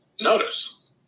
notice